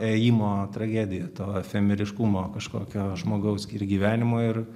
ėjimo tragedija tavo efemeriškumo kažkokio žmogaus ir gyvenimo ir